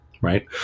Right